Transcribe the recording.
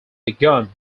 begun